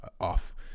off